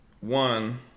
One